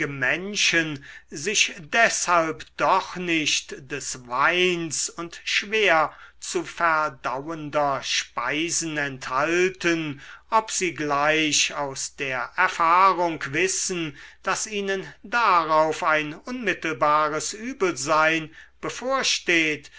menschen sich deshalb doch nicht des weins und schwer zu verdauender speisen enthalten ob sie gleich aus der erfahrung wissen daß ihnen darauf ein unmittelbares übelsein bevorsteht